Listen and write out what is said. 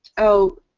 oh,